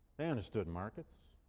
they understood markets,